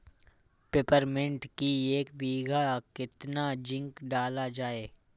Peppermint की एक बीघा कितना जिंक डाला जाए?